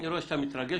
אני רואה שאתה מתרגש.